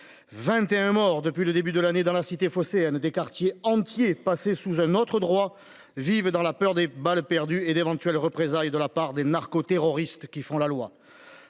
21 morts depuis le début de l'année dans la cité phocéenne, des quartiers entiers passés sous un autre droit vivent dans la peur des balles perdues et d'éventuelles représailles de la part des narco-terroristes qui font la loi.